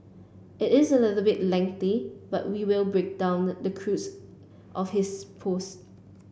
it is a little bit lengthy but we will break down the crux of his post